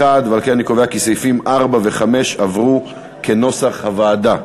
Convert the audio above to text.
1. ועל כן אני קובע כי סעיפים 4 ו-5 עברו כנוסח הוועדה.